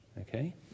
Okay